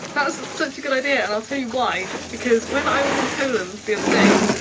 that is such a good idea and i'll tell you why. because when i was in poland the other day